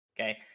okay